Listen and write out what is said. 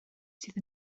sydd